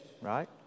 right